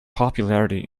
popularity